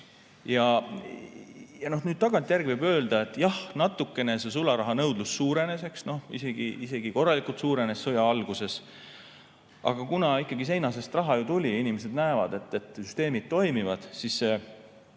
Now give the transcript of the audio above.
Ja nüüd tagantjärele võib öelda, et jah, natuke sularahanõudlus suurenes, isegi korralikult suurenes sõja alguses. Aga kuna seina seest ikkagi raha tuli ja inimesed näevad, et süsteemid toimivad, siis selline